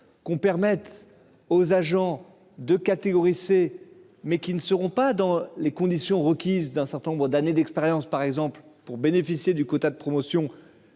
Qu'on permette aux agents de catégorie C mais qui ne seront pas dans les conditions requises, d'un certain nombre d'années d'expérience par exemple pour bénéficier du quota de promotion